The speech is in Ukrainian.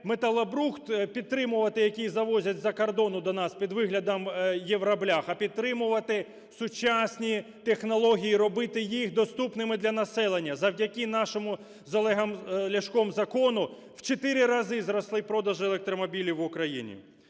металобрухт підтримувати, який завозять з-за кордону до нас під виглядом "євро блях", а підтримувати сучасні технології, робити їх доступними для населення. Завдяки нашому з Олегом Ляшком закону в чотири рази зросли продажі електромобілів в Україні.